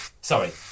sorry